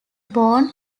born